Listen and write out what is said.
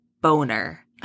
boner